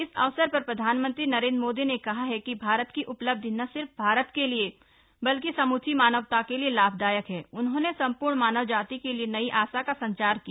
इस अवसर पर प्रधानमंत्री नरेन्द्र मोदी ने कहा है कि भारत की उपलब्धि न सिर्फ भारत के लिए बल्कि सम्ची मानवता के लिए लाभदायक है उन्होंने सम्पूर्ण मानव जाति के लिए नई आशा का संचार किया